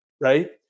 right